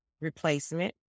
replacement